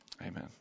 Amen